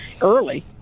early